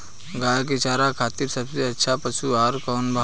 गाय के चारा खातिर सबसे अच्छा पशु आहार कौन बा?